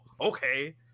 okay